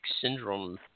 syndrome